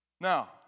Now